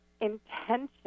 intention